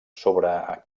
sobre